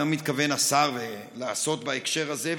מה מתכוון השר לעשות בהקשר הזה,